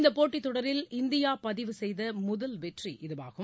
இந்த போட்டித் தொடரில் இந்தியா பதிவு செய்த முதல் வெற்றி இதுவாகும்